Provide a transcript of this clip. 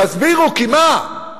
תסבירו, כי מה?